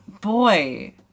boy